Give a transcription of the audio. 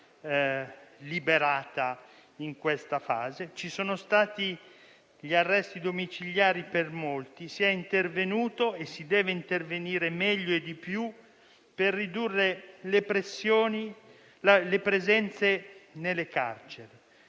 ci sono stati gli arresti domiciliari per molti; si è intervenuto e si deve intervenire meglio e di più per ridurre le pressioni e le presenze